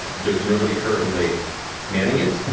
there is nobody currently manning it.